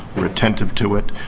we're attentive to it.